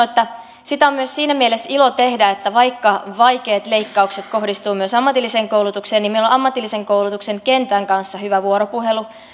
että sitä on myös siinä mielessä ilo tehdä että vaikka vaikeat leikkaukset kohdistuvat myös ammatilliseen koulutukseen niin meillä on ammatillisen koulutuksen kentän kanssa hyvä vuoropuhelu